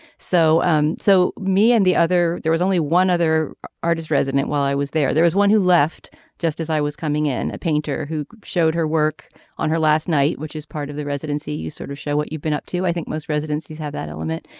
so. um so me and the other. there was only one other artist resident while i was there. there was one who left just as i was coming in. a painter who showed her work on her last night which is part of the residency you sort of show what you've been up to. i think most residents have that element.